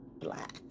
Black